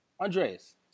Andreas